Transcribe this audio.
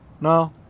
No